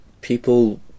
People